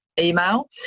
email